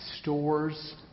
stores